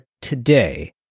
today